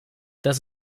das